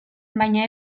baina